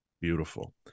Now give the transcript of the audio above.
Beautiful